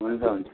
हुन्छ हुन्छ